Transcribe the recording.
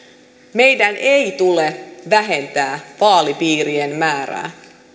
meidän ei tule vähentää vaalipiirien määrää